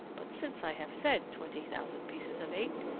but since i have said twenty thousand pieces of eight,